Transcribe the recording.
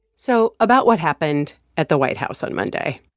so about what happened at the white house on monday.